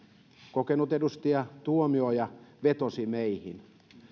kokenut edustaja tuomioja vetosi meihin